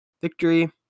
victory